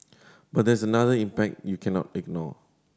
but there's another impact you cannot ignore